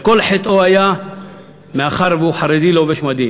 וכל חטאו היה שהוא חרדי לובש מדים.